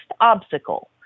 obstacle